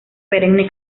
perenne